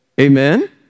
Amen